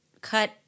cut